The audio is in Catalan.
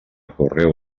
correu